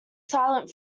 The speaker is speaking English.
silent